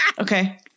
Okay